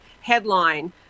headline